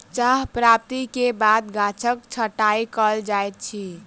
चाह प्राप्ति के बाद गाछक छंटाई कयल जाइत अछि